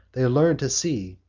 they learned to see,